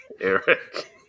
Eric